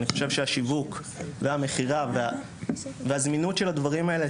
אני חושב שהשיווק והמכירה והזמינות של הדברים האלה,